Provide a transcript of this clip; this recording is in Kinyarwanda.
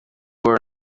war